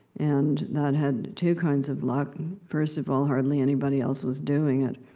and that had two kinds of luck first of all, hardly anybody else was doing it.